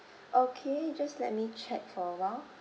okay just let me check for awhile